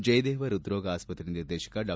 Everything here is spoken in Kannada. ಜಯದೇವ ಪ್ಪದ್ರೋಗ ಆಸ್ಪತ್ರೆ ನಿರ್ದೇಶಕ ಡಾ